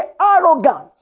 arrogant